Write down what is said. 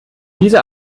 dieser